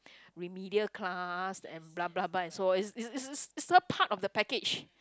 remedial class and blah blah blah and so is is is is a part of the package